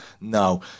no